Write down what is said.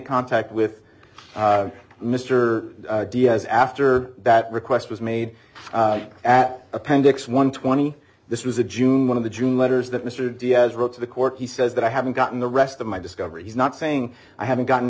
contact with mr diaz after that request was made at appendix one hundred and twenty this was a june one of the june letters that mr diaz wrote to the court he says that i haven't gotten the rest of my discovery he's not saying i haven't gotten